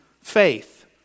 faith